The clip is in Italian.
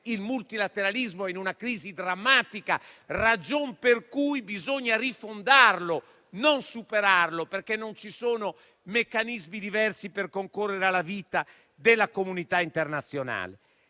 il multilateralismo è in una crisi drammatica, ragion per cui bisogna rifondarlo, non superarlo, perché non ci sono meccanismi diversi per concorrere alla vita della comunità internazionale.